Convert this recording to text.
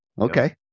okay